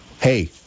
hey